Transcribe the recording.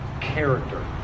character